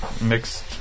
mixed